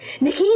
Nikki